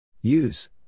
Use